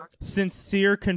sincere